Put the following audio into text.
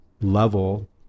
level